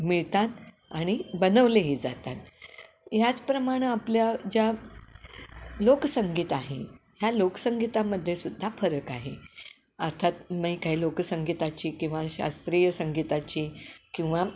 मिळतात आणि बनवलेही जातात ह्याचप्रमाणे आपल्या ज्या लोकसंगीत आहे ह्या लोकसंगीतामध्येसुद्धा फरक आहे अर्थात मी काही लोकसंगीताची किंवा शास्त्रीय संगीताची किंवा